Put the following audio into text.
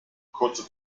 kurze